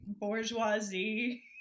bourgeoisie